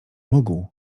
mógł